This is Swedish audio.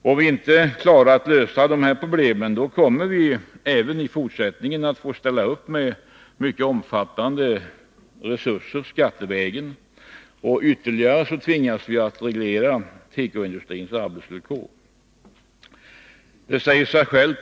Om vi inte klarar att lösa dessa problem, kommer vi även i fortsättningen att få ställa upp med omfattande resurser skattevägen och ytterligare tvingas att detaljreglera tekoindustrins arbetsvillkor.